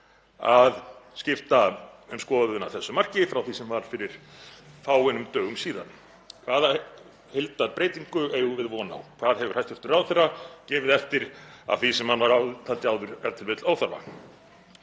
að skipta um skoðun að þessu marki frá því sem var fyrir fáeinum dögum síðan? Hvaða heildarbreytingu eigum við von á? Hvað hefur hæstv. ráðherra gefið eftir af því sem hann taldi áður e.t.v. óþarfa?